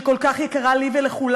שכל כך יקרה לי ולכולנו,